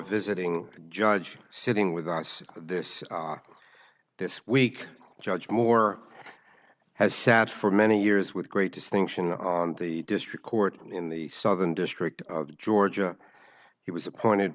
visiting judge sitting with us this this week judge moore has sat for many years with great distinction on the district court in the southern district of georgia he was appointed